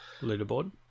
Leaderboard